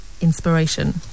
inspiration